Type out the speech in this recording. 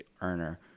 earner